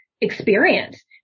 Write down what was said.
experience